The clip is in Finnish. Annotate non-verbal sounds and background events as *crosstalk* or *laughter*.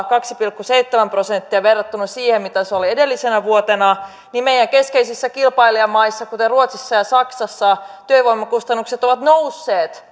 *unintelligible* kaksi pilkku seitsemän prosenttia verrattuna siihen mitä se oli edellisenä vuotena niin meidän keskeisissä kilpailijamaissa kuten ruotsissa ja saksassa työvoimakustannukset ovat nousseet *unintelligible*